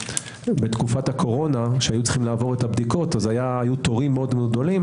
בתקופת הקורונה כשהיו צריכים לעבור את הבדיקות היו תורים מאוד גדולים